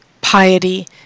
piety